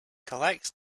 collects